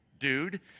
dude